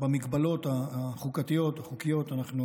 במגבלות החוקתיות, החוקיות, אנחנו